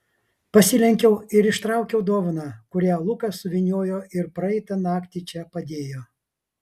pasilenkiau ir ištraukiau dovaną kurią lukas suvyniojo ir praeitą naktį čia padėjo